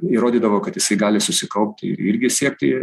įrodydavo kad jisai gali susikaupti ir irgi siekti